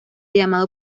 llamado